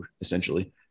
essentially